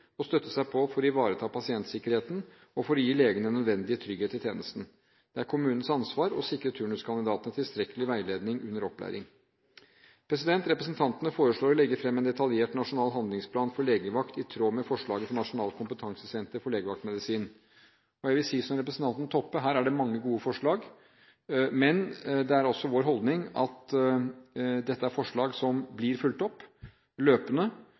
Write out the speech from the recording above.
å støtte seg på for å ivareta pasientsikkerheten og for å gi legen den nødvendige trygghet i tjenesten. Det er kommunens ansvar å sikre turnuskandidatene tilstrekkelig veiledning under opplæring. Representantene foreslår å legge fram en detaljert nasjonal handlingsplan for legevakt i tråd med forslaget fra Nasjonalt kompetansesenter for legevaktmedisin. Jeg vil si som representanten Toppe at her er det mange gode forslag. Men det er også vår holdning at dette er forslag som blir fulgt opp løpende,